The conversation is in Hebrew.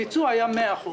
הביצוע היה 100%,